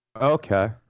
Okay